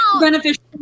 beneficial